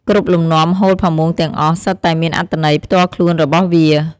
គ្រប់លំនាំហូលផាមួងទាំងអស់សុទ្ធតែមានអត្ថន័យផ្ទាល់ខ្លួនរបស់វា។